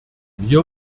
wir